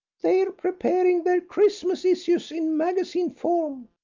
they're preparing their christmas issues in magazine form,